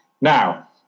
Now